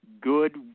good